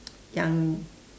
yang